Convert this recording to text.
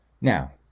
Now